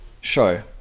show